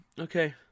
okay